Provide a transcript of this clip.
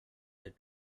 their